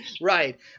right